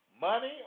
Money